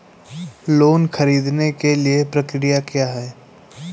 Loan ख़रीदने के लिए प्रक्रिया क्या है?